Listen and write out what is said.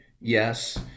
Yes